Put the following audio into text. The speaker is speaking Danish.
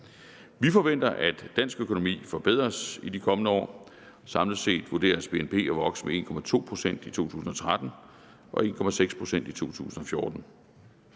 Vi forventer, at dansk økonomi forbedres i de kommende år. Samlet set vurderes BNP at vokse med 1,2 pct. i 2013 og med 1,6 pct. i 2014.